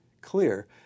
clear